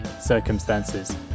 circumstances